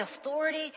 authority